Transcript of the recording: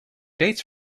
dates